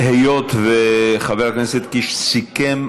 היות שחבר הכנסת קיש סיכם,